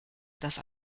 das